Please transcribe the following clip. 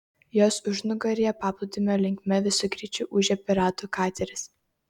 jos užnugaryje paplūdimio linkme visu greičiu ūžė piratų kateris